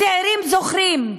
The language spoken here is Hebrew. הצעירים זוכרים,